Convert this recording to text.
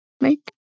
make